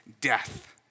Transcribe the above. death